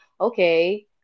Okay